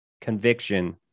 conviction